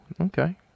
Okay